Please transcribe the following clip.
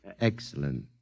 Excellent